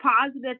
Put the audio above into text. positive